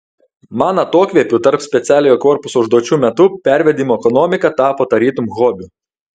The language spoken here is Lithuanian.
man atokvėpių tarp specialiojo korpuso užduočių metu pervedimų ekonomika tapo tarytum hobiu